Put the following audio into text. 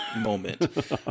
moment